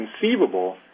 conceivable